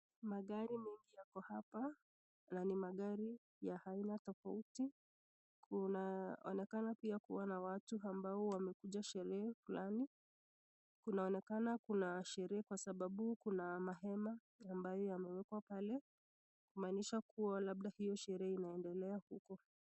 Magari mengi yako hapa na ni magar ya aina tofauti. Unaonekana pia kuwa na watu ambao wamekuja sherehe fulani. Unaonekana kuna sherehe kwa sababu kuna magomba ambayo yamewekwa pale kumaanisha kuwa labda hiyo shere inaendelea huko.